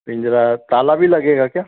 पिंजरा ताला भी लगेगा क्या